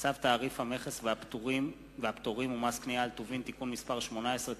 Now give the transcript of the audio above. צו תעריף המכס והפטורים ומס קנייה על טובין (תיקון מס' 18),